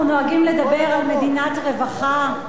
אנחנו נוהגים לדבר על מדינת רווחה,